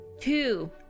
Two